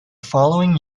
following